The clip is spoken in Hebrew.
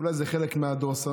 אולי זה חלק מהדורסנות.